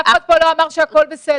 אף אחד פה לא אמר שהכול בסדר.